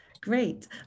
Great